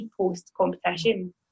post-competition